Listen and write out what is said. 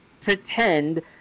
pretend